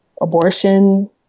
abortion